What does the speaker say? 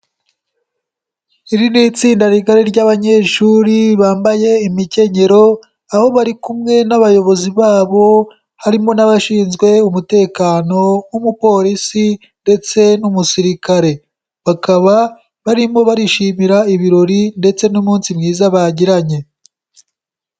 Iri ni itsinda rigari ry'abanyeshuri bambaye imikenyero, aho bari kumwe n'abayobozi babo, harimo n'abashinzwe umutekano nk'umupolisi ndetse n'umusirikare. Bakaba barimo barishimira ibirori ndetse n'umunsi mwiza bagiranye.